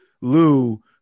Lou